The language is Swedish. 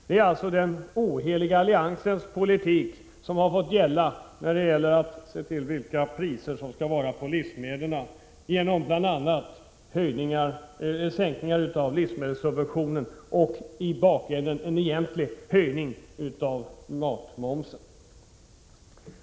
Det är alltså den oheliga alliansens politik som fått gälla i fråga om livsmedelspriserna. Det gäller då bl.a. sänkningar av livsmedelssubventionerna och i slutänden egentligen en höjning av matmomsen.